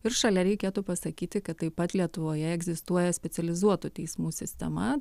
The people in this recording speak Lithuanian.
ir šalia reikėtų pasakyti kad taip pat lietuvoje egzistuoja specializuotų teismų sistema